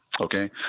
Okay